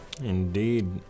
Indeed